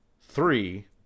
three